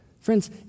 Friends